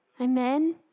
Amen